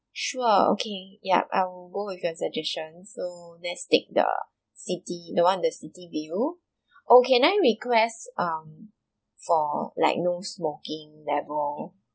sure okay yup I would go with your suggestions so lets take the city the one the city view oh can I request um for like no smoking level